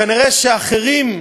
כנראה אחרים,